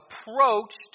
approached